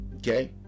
Okay